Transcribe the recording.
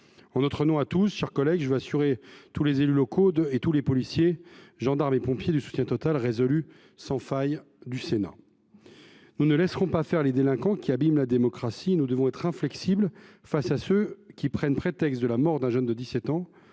En notre nom à tous, mes chers collègues, je veux assurer tous les élus locaux et tous les policiers, gendarmes et pompiers du soutien total, résolu, sans faille du Sénat. Nous ne laisserons pas faire les délinquants qui abîment la démocratie. Nous devons être inflexibles face à ceux qui prennent prétexte de la mort d’un jeune homme de 17 ans